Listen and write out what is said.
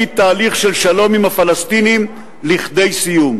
תהליך של שלום עם הפלסטינים לכדי סיום,